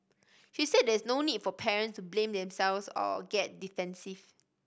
she said there is no need for parents to blame themselves or get defensive